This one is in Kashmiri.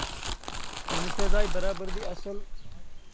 تٔمِس تہِ حظ آیہِ برابردی اَصٕل